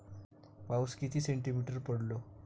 पाऊस किती सेंटीमीटर पडलो?